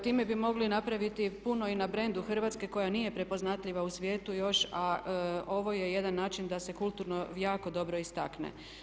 Time bi mogli napraviti puno i na brendu Hrvatske koja nije prepoznatljiva u svijetu još, a ovo je jedan način da se kulturno jako dobro istakne.